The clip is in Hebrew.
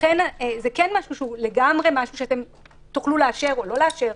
לכן זה כן דבר שתוכלו לאשר או לא לאשר,